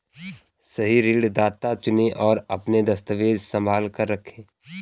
सही ऋणदाता चुनें, और अपने दस्तावेज़ संभाल कर रखें